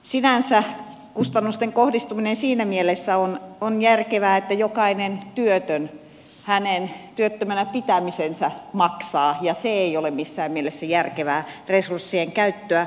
sinänsä kustannusten kohdistuminen siinä mielessä on järkevää että jokainen työtön hänen työttömänä pitämisensä maksaa ja se ei ole missään mielessä järkevää resurssien käyttöä